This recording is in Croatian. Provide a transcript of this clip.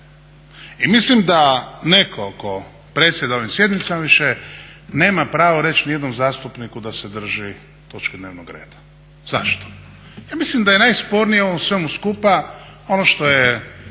I mislim da netko tko predsjeda ovim sjednicama više nema pravo reći nijednom zastupniku da se drži točke dnevnog reda. Zašto? Ja mislim da je najspornije u svemu skupa ono što je